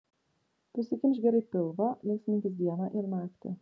prisikimšk gerai pilvą linksminkis dieną ir naktį